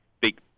big